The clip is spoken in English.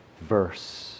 verse